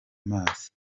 amazi